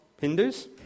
Hindus